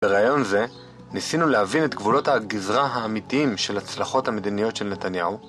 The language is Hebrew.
בראיון זה, ניסינו להבין את גבולות הגזרה האמיתיים של ההצלחות המדיניות של נתניהו